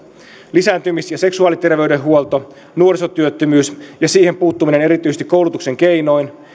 lisääntymis ja seksuaaliterveydenhuolto nuorisotyöttömyys ja siihen puuttuminen erityisesti koulutuksen keinoin